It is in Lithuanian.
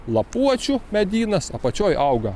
lapuočių medynas apačioj auga